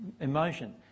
emotion